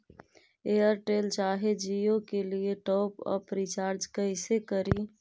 Airtel चाहे जियो के लिए टॉप अप रिचार्ज़ कैसे करी?